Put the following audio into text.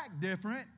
different